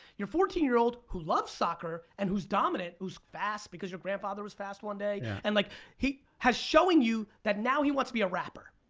your fourteen year old, who loves soccer, and who's dominate, who's fast because your grandfather was fast one day. and like he has showing you that now he wants to be rapper.